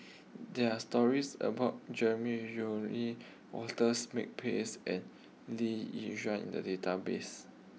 there are stories about Jeremy Walters Makepeace and Lee Yi Shyan in the database